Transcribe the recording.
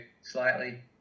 slightly